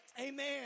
Amen